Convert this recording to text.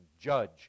judge